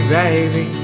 baby